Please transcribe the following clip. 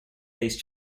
faced